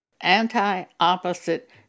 anti-opposite